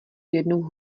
jednou